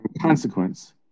consequence